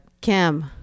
Kim